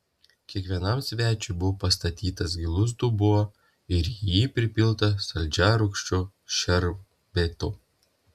kiekvienam svečiui buvo pastatytas gilus dubuo ir į jį pripilta saldžiarūgščio šerbeto